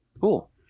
cool